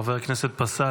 חבר הכנסת פסל,